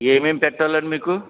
ఏమేమి పెట్టాలండి మీకు